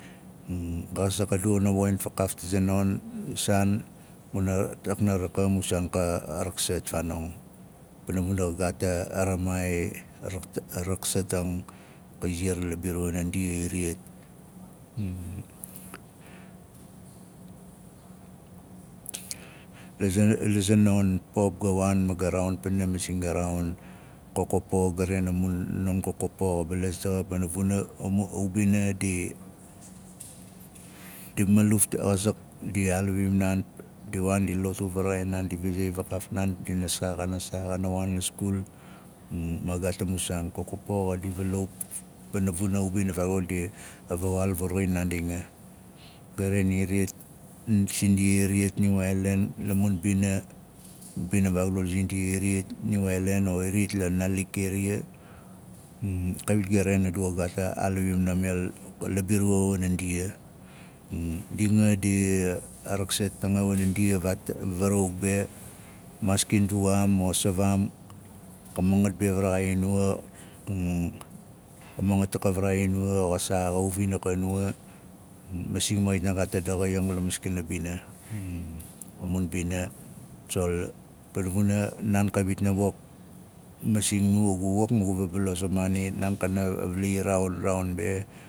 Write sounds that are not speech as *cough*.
*hesitation* a xazaak a du xa woxin fakaaf tat zanon saan guna a raknar ka a mun saan ka a raksat faanong pana vuna xa gaat a- a a- a ramaai a rak- a raksatang ka iziar la biruwa wana ngia iriyat *hesitation* la za- la za non pop ga waan ma ga raain pana masing ga raain kokopo ga nen a mun non kokopo xa balas pana vuna au- aubina di di maluf tu- xazak di a- aliwim naan da- di waan di a lotu varain naandi vazei vakaaf naan dina saa xana saa xara waan la skul ma xa gaat a mu saan kokopo xa divaloup pana vuna a ubina vaaugdul dia a vawaal varawuxin naandi anga. Ga ren iriyat sindia iriyat niu aailan la mun mbina bing vaaugdul zindia iriyat niu aailan o iriyat la naalik eria *hesitation* kawik ga ren a aalivim naamel o la biruwa wana ndia *hesitation* ndi anga di a- a raksat nanga wana ndia vaata varauk be maaski nduwaam o savaam ka mangat be varaxain nuwa *hesitation* ka mangat a ka var xain nu wa o xa saa xa uvin a ka nuwa masing ma xait na gaat a daxa yang la maskang bina *hesitation* a mun bina tsol pana vuna naan kawit na wok masing nuwa gu wok ma gu vabalos a maana naan kana valai raaun raaun be